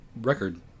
record